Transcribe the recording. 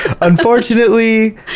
Unfortunately